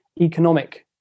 economic